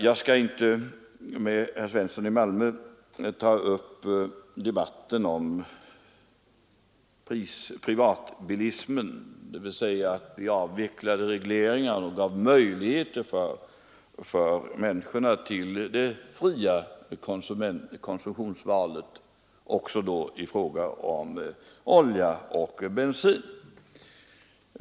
Jag skall inte ta upp detta om privatbilismen med herr Svensson i Malmö, dvs. detta att vi avvecklade regleringarna och gav möjlighet för människorna till fritt konsumtionsval också i fråga om olja och bensin.